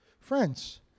friends